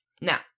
Now